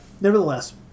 nevertheless